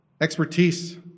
expertise